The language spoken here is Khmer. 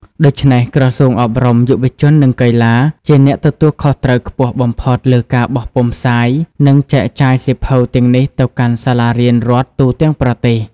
ដូច្នេះ ក្រសួងអប់រំ យុវជន និងកីឡា ជាអ្នកទទួលខុសត្រូវខ្ពស់បំផុតលើការបោះពុម្ពផ្សាយ និងចែកចាយសៀវភៅទាំងនេះទៅកាន់សាលារៀនរដ្ឋទូទាំងប្រទេស។